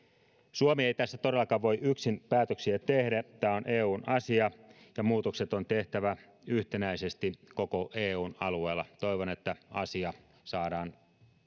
suomi ei tässä todellakaan voi yksin päätöksiä tehdä tämä on eun asia ja muutokset on tehtävä yhtenäisesti koko eun alueella toivon että asia saadaan